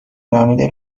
نامیده